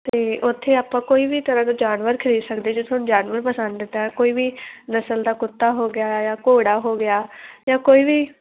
ਅਤੇ ਉੱਥੇ ਆਪਾਂ ਕੋਈ ਵੀ ਤਰ੍ਹਾਂ ਦਾ ਜਾਨਵਰ ਖਰੀਦ ਸਕਦੇ ਜੇ ਤੁਹਾਨੂੰ ਜਾਨਵਰ ਪਸੰਦ ਤਾਂ ਕੋਈ ਵੀ ਨਸਲ ਦਾ ਕੁੱਤਾ ਹੋ ਗਿਆ ਜਾਂ ਘੋੜਾ ਹੋ ਗਿਆ ਜਾਂ ਕੋਈ ਵੀ